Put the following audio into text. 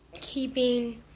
keeping